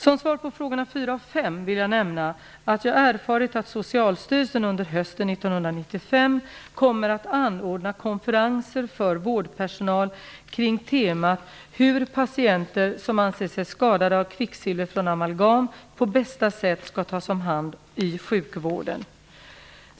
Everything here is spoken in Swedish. Som svar på frågorna fyra och fem vill jag nämna att jag erfarit att Socialstyrelsen under hösten 1995 kommer att anordna konferenser för vårdpersonal kring temat hur patienter som anser sig skadade av kvicksilver från amalgam på bästa sätt skall tas om hand i sjukvården.